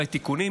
אולי תיקונים,